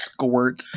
Squirt